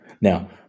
Now